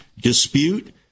dispute